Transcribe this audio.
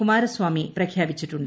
കുമാരസ്വാമി പ്രഖ്യാപിച്ചിട്ടുണ്ട്